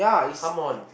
come on